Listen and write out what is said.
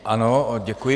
Ano, děkuji.